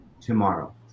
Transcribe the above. tomorrow